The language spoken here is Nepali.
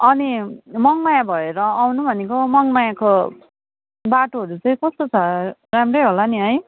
अनि मङमाया भएर आउनु भनेको मङमायाको बाटोहरू चाहिँ कस्तो छ राम्रै होला नि है